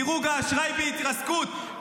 דירוג האשראי בהתרסקות,